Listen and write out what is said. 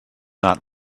not